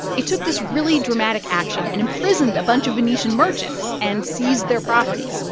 it took this really dramatic action and imprisoned a bunch of venetian merchants and seized their property.